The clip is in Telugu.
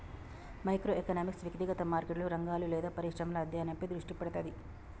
మైక్రో ఎకనామిక్స్ వ్యక్తిగత మార్కెట్లు, రంగాలు లేదా పరిశ్రమల అధ్యయనంపై దృష్టి పెడతది